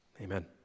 amen